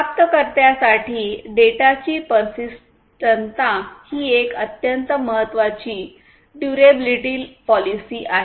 प्राप्तकर्त्यासाठी डेटाची पर्सिस्टंटता ही एक अत्यंत महत्त्वाची ड्युरेबलिटी पॉलिसी आहे